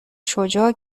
شجاع